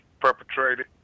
perpetrated